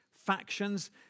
factions